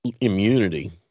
immunity